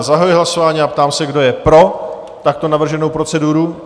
Zahajuji hlasování a ptám se, kdo je pro takto navrženou proceduru?